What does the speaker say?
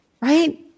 right